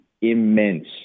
immense